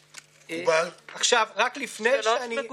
רישיונות,